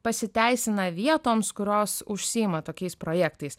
pasiteisina vietoms kurios užsiima tokiais projektais